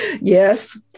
Yes